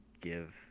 give